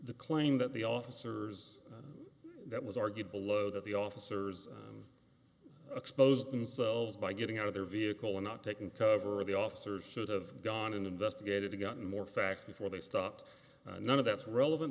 the claim that the officers that was argued below that the officers exposed themselves by getting out of their vehicle and not taking cover the officers should have gone in investigated gotten more facts before they stopped none of that's relevant